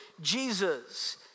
Jesus